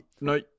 No